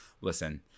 Listen